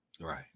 Right